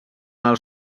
els